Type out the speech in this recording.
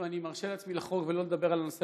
אני מרשה לעצמי לחרוג ולא לדבר על הנושא,